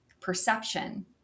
perception